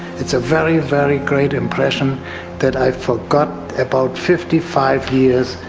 it's a very, very great impression that i forgot about fifty five years!